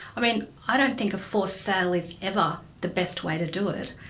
i mean i don't think a forced sale is ever the best way to do it.